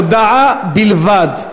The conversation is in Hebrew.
הודעה בלבד,